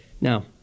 Now